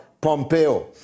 Pompeo